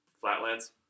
flatlands